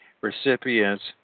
Recipients